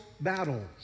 battles